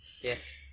Yes